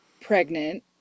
pregnant